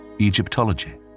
Egyptology